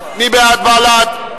מי בעד בל"ד?